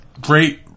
great